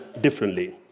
differently